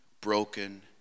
broken